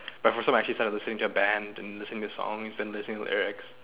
but for some actually listen to the band and listen to the song listen listen to lyrics